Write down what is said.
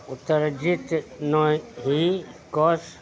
उत्सर्जित नहि कऽ